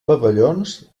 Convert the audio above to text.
pavellons